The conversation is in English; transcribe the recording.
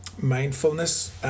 mindfulness